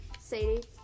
Sadie